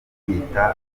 abanyarwanda